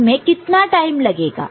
इसमें कितना टाइम लगेगा